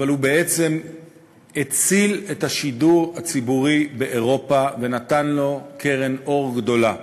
אבל הוא בעצם הציל את השידור הציבורי באירופה ונתן לו קרן אור גדולה.